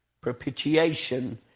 Propitiation